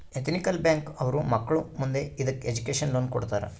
ethical bank ಅವ್ರು ಮಕ್ಳು ಮುಂದೆ ಇದಕ್ಕೆ ಎಜುಕೇಷನ್ ಲೋನ್ ಕೊಡ್ತಾರ